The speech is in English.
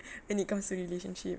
when it comes to relationship